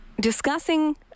discussing